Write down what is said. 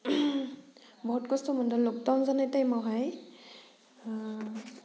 बहुत कस्त' मोन्दोंमोन लकडाउन जानाय टाइमावहाय